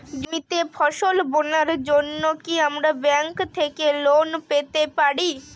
জমিতে ফসল বোনার জন্য কি আমরা ব্যঙ্ক থেকে লোন পেতে পারি?